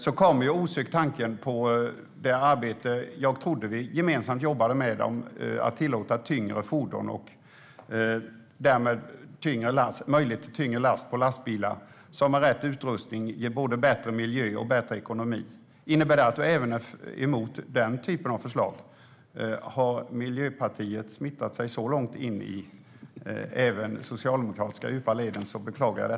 Då kommer osökt tanken på det arbete jag trodde att vi gemensamt höll på med för att tillåta tyngre fordon. Det skulle tillåta tyngre lass på lastbilar, som med rätt utrustning ger både bättre miljö och bättre ekonomi. Innebär detta att du också är emot den typen av förslag? Har Miljöpartiet smittat av sig så långt i de socialdemokratiska djupa leden vill jag beklaga det.